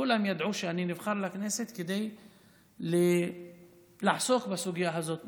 כולם ידעו שאני נבחר לכנסת כדי לעסוק בסוגיה הזאת.